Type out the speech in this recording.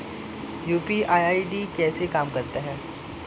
UPI ID कैसे काम करता है?